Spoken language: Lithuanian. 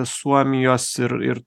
suomijos ir ir